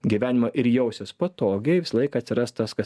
gyvenimą ir jausies patogiai visą laiką atsiras tas kas